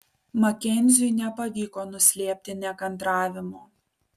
makenziui nepavyko nuslėpti nekantravimo